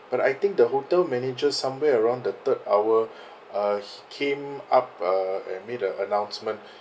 but I think the hotel manager somewhere around the third hour uh he came up uh and made a announcement